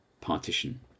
partition